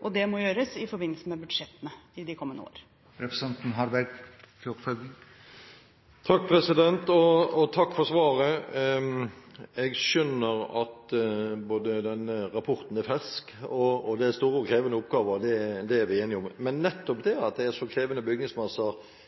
og det må gjøres i forbindelse med budsjettene i de kommende år. Takk for svaret. Jeg skjønner både at denne rapporten er fersk og at det er store og krevende oppgaver. Det er vi enige om. Men nettopp det at det er så krevende bygningsmasser,